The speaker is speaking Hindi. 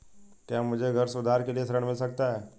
क्या मुझे घर सुधार के लिए ऋण मिल सकता है?